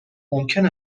ممکن